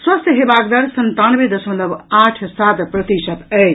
स्वस्थ हेबाक दर संतानवे दशमलव आठ सात प्रतिशत अछि